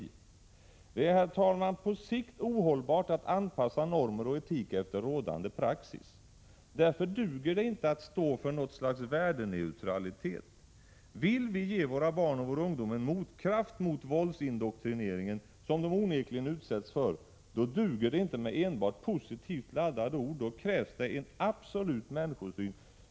Det är, herr talman, på sikt ohållbart att anpassa normer och etik efter rådande praxis. Därför duger det inte att stå för något slags värdeneutralitet. Vill vi ge våra barn och vår ungdom en motkraft mot våldsindoktrineringen, som de onekligen utsätts för, då duger det inte med enbart positivt laddade ord. Då krävs det en absolut människosyn.